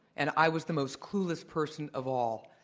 and i was the most clueless person of all.